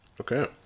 Okay